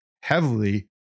heavily